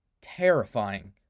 terrifying